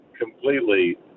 completely